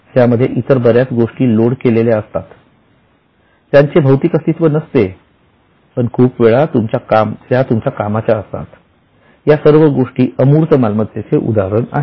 त्यामध्ये इतर बऱ्याच गोष्टी लोड केलेल्या असतात त्यांचे भौतिक अस्तित्व नसते पण त्या खूप वेळा तुमच्या कामाचा असतात या सर्व गोष्टी अमूर्त मालमत्तेचे उदाहरण आहेत